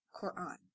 Quran